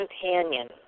companion